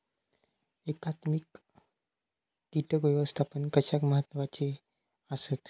एकात्मिक कीटक व्यवस्थापन कशाक महत्वाचे आसत?